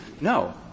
No